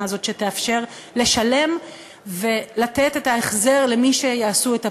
הזאת שתאפשר לשלם ולתת את ההחזר למי שיעשו את הפינוי.